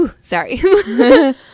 sorry